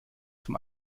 zum